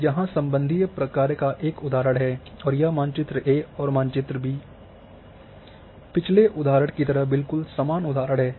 अब यहाँ संबंधीय प्रकार्य का एक उदाहरण है और यह मानचित्र ए और मानचित्र बीA पिछले उदाहरण की तरह बिलकुल समान उदाहरण है